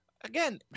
again